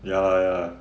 ya lah ya